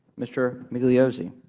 mr. migliozzi